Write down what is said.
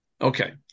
Okay